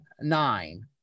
nine